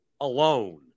alone